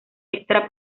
extra